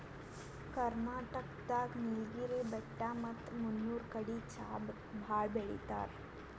ಕರ್ನಾಟಕ್ ದಾಗ್ ನೀಲ್ಗಿರಿ ಬೆಟ್ಟ ಮತ್ತ್ ಮುನ್ನೂರ್ ಕಡಿ ಚಾ ಭಾಳ್ ಬೆಳಿತಾರ್